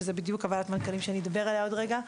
שזה בדיוק ועדת המנכ"לים שאדבר עליה עוד רגע.